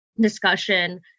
discussion